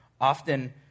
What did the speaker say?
often